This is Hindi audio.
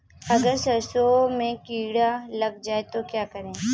अगर सरसों में कीड़ा लग जाए तो क्या करें?